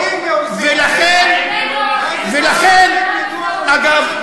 ולכן, אגב,